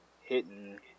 Hitting